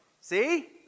See